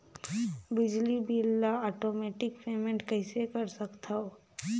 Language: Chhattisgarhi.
बिजली बिल ल आटोमेटिक पेमेंट कइसे कर सकथव?